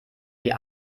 die